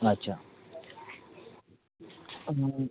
अच्छा